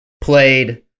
played